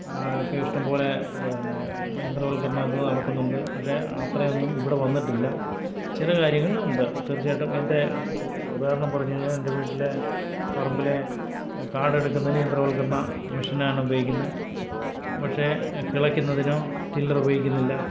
ഒക്കെ ഇഷ്ടംപോലെ പിന്നേ യന്ത്രവൽക്കരണമൊക്കെ നടക്കുന്നുണ്ട് പക്ഷെ അത്രയൊന്നും ഇവിടെ വന്നിട്ടില്ല ചില കാര്യങ്ങളിലുണ്ട് തീർച്ചയായിട്ടും എന്റെ ഉദാഹരണം പറഞ്ഞുകഴിഞ്ഞാൽ എന്റെ വീട്ടിലെ പറമ്പിലെ കാടെടുക്കുന്നതിനും യന്ത്രവൽക്കരണ മെഷീനാണ് ഉപയോഗിക്കന്നെ പക്ഷെ കിളക്കുന്നതിനോ ടില്ലര് ഉപയോഗിക്കുന്നില്ല